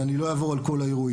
אני לא אעבור על כל האירועים.